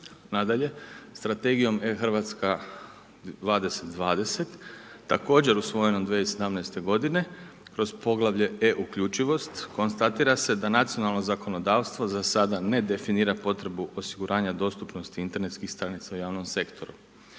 Nadalje, Strategijom e-Hrvatska 2020, također usvojenom 2107. godine kroz Poglavlje e-uključivost konstatira se da nacionalno zakonodavstvo za sada ne definira potrebu osiguranja dostupnosti internetskih stranica u javnom sektoru.